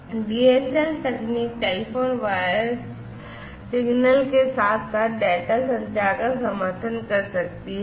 DSL तकनीक telephone voice signal के साथ साथ डेटा संचार का समर्थन कर सकती है